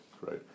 right